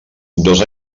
dos